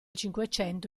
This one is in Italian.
cinquecento